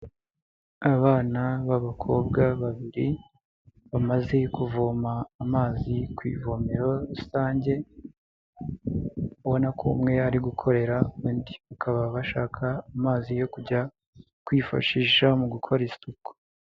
Abana b'abakobwa babiri bamaze kuvoma amazi ku ivomero rusange, ubona ko umwe ari gukorera undi, bakaba bashaka amazi yo kujya kwifashisha mu gukora isuku.